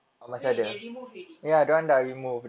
!hey! they removed already